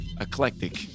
eclectic